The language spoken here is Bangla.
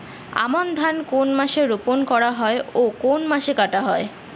আমন ধান কোন মাসে বপন করা হয় ও কোন মাসে কাটা হয়?